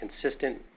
consistent